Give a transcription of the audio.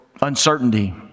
Uncertainty